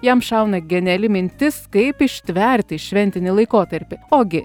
jam šauna geniali mintis kaip ištverti šventinį laikotarpį o gi